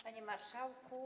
Panie Marszałku!